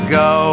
go